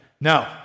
No